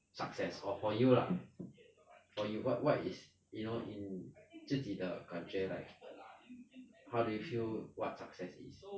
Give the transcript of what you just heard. success or for you lah for you what what is you know in 自己的感觉 how do you feel what success is